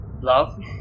Love